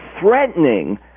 threatening